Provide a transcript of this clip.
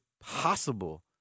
possible